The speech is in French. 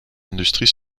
industries